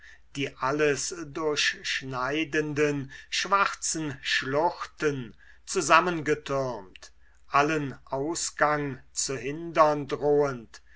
die alles durchschneidenden schwarzen schluchten zusammengetürmt allen ausgang zu hindern drohend